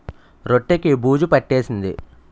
రొట్టె కి బూజు పట్టేసింది